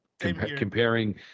Comparing